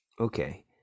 Okay